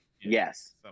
yes